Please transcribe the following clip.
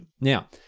Now